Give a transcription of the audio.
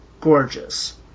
gorgeous